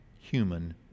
human